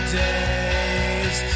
days